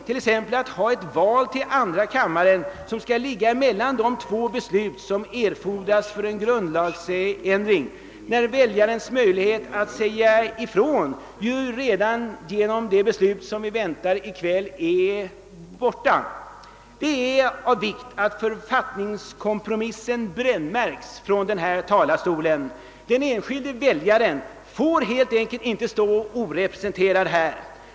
för mening med att ha ett val till andra kammaren som skall ligga mellan de två beslut som erfordras för en grundlagsändring, när väljarens möjlighet att säga ifrån redan genom det beslut som vi väl kommer att fatta i kväll är borta ur bilden? Det är av vikt att författningskompromissen brännmärks från denna talarstol. Den enskilde väljaren får helt enkelt inte stå helt orepresenterad här.